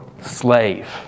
slave